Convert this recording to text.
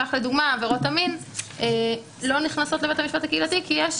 לדוגמה עבירות המין לא נכנסות לבית המשפט הקהילתי כי יש